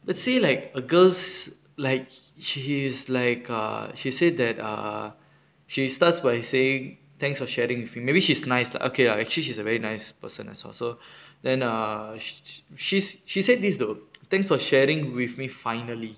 let's say like a girls like she's like uh she said that uh she starts by saying thanks for sharing with me maybe she's nice lah okay lah actually she's a very nice person also so then err sh- she's she said this though thanks for sharing with me finally